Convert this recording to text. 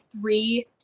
three